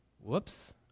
Whoops